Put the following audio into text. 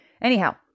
Anyhow